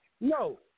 No